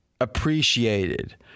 appreciated